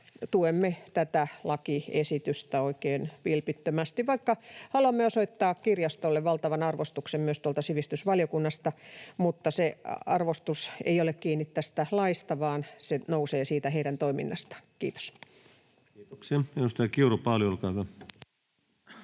tuemme tätä lakiesitystä oikein vilpittömästi, vaikka haluamme osoittaa kirjastolle valtavan arvostuksen myös tuolta sivistysvaliokunnasta. Mutta se arvostus ei ole kiinni tästä laista, vaan se nousee siitä heidän toiminnastaan. — Kiitos. Kiitoksia.